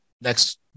next